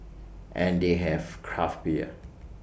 and they have craft beer